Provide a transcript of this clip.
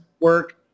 work